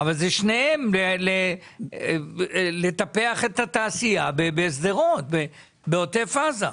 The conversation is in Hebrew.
אבל שניהם כדי לטפח את התעשייה בשדרות, בעוטף עזה.